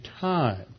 time